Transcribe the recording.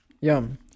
Yum